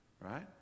right